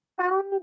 found